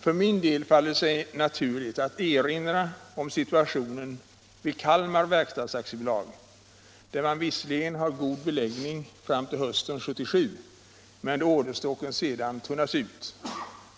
För min del faller det sig naturligt att erinra om situationen vid Kalmar Verkstads AB, där man visserligen har god beläggning fram till hösten 1977 men där orderstocken sedan tunnas ut,